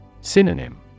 Synonym